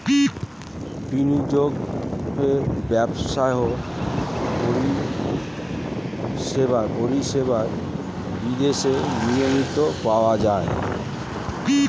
বিনিয়োগ ব্যবস্থার পরিষেবা বিদেশি নিয়মে পাওয়া যায়